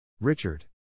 Richard